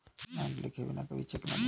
दिनांक लिखे बिना कभी भी चेक न दें